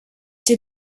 did